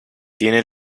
tiene